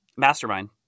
Mastermind